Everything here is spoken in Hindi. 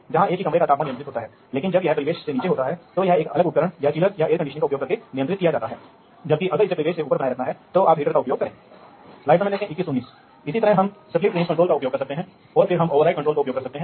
दूसरी बात दूसरी बात यह है कि जब वे एक दूसरे के साथ निर्बाध रूप से बात करते हैं तो इंटरऑपरेबिलिटी का अर्थ है कि दो डिवाइस आपस में जुड़े होते हैं